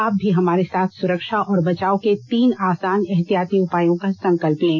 आप भी हमारे साथ सुरक्षा और बचाव के तीन आसान एहतियाती उपायों का संकल्प लें